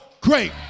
great